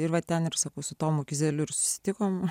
tai va ten ir sakau su tomu kizeliu ir susitikom